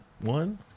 one